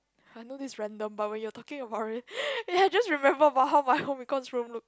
I know this is random but when you are talking about it I just remember about how my home econs room look